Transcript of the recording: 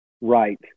right